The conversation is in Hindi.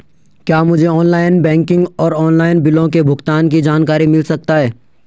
क्या मुझे ऑनलाइन बैंकिंग और ऑनलाइन बिलों के भुगतान की जानकारी मिल सकता है?